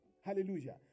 Hallelujah